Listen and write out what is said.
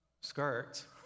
skirts